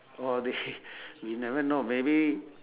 or they we never know maybe